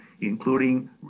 including